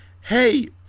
hey